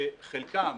שחלקם